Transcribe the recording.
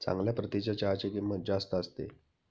चांगल्या प्रतीच्या चहाची किंमत जास्त असते